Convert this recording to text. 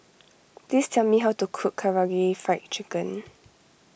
please tell me how to cook Karaage Fried Chicken